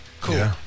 Cool